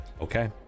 Okay